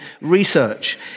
research